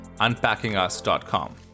unpackingus.com